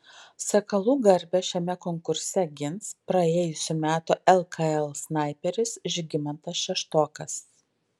sakalų garbę šiame konkurse gins praėjusių metų lkl snaiperis žygimantas šeštokas